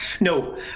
No